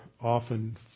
often